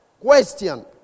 Question